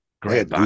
Great